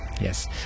yes